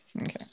okay